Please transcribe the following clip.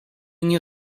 nie